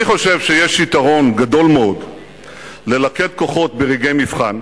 אני חושב שיש יתרון גדול מאוד ללכד כוחות ברגעי מבחן.